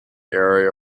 area